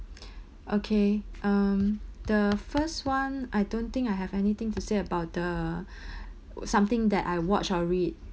okay um the first one I don't think I have anything to say about the something that I watch or read